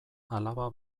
alaba